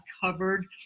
covered